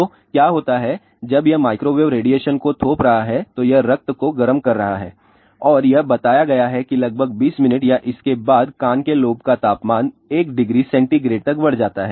तो क्या होता है जब यह माइक्रोवेव रेडिएशन को थोप रहा है तो यह रक्त को गर्म कर रहा है और यह बताया गया है कि लगभग 20 मिनट या इसके बाद कान के लोब का तापमान 1 डिग्री सेंटीग्रेड तक बढ़ जाता है